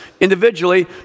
individually